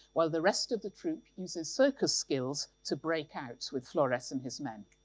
while the rest of the troupe uses circus skills to break out with flores and his men.